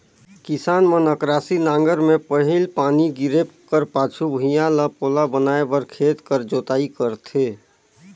किसान मन अकरासी नांगर मे पहिल पानी गिरे कर पाछू भुईया ल पोला बनाए बर खेत कर जोताई करथे